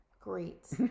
Great